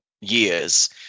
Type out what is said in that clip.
years